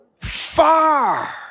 far